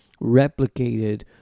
replicated